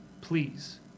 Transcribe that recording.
Please